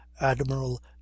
admiral